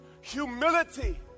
humility